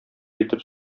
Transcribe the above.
итеп